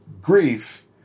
grief